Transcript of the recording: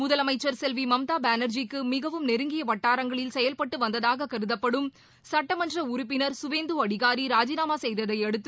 முதலமைச்சர் செல்வி மம்தா பானர்ஜிக்கு மிகவும் நெருங்கிய வட்டாரங்களில் செயல்பட்டு வந்ததாக கருதப்படும் சுட்டமன்ற உறுப்பினர் கவேந்து அடிகாரி ராஜினாமா செய்ததையடுத்து